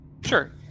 Sure